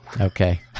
Okay